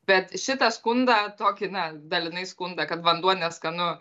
bet šitą skundą tokį na dalinai skundą kad vanduo neskanu